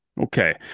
Okay